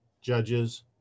judges